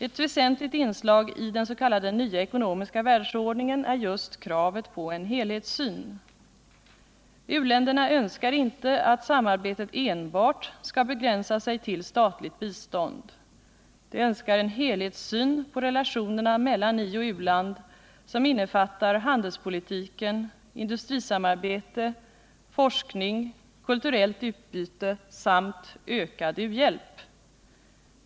Ett väsentligt inslag i den s.k. nya ekonomiska världsordningen är just kravet på en helhetssyn. U-länderna önskar inte att samarbetet enbart skall begränsa sig till statligt bistånd. De önskar en helhetssyn på relationerna mellan ioch u-land som innefattar handelspolitiken, industrisamarbete, forskning, kulturellt utbyte samt ökad u-hjälp.